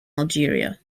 algeria